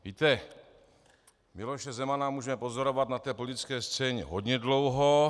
Víte, Miloše Zemana můžeme pozorovat na té politické scéně hodně dlouho.